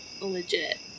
legit